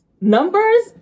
numbers